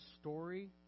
story